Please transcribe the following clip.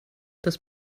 das